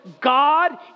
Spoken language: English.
God